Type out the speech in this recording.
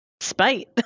spite